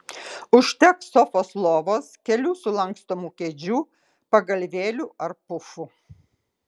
užteks sofos lovos kelių sulankstomų kėdžių pagalvėlių ar pufų